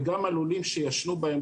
וגם הלולים שישנו בהם,